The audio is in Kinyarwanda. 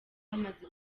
hamaze